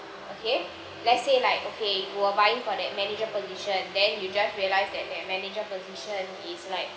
okay let's say like okay you were buying for that manager position then you just realise that that manager position is like